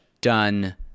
done